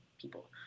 people